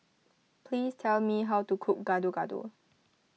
please tell me how to cook Gado Gado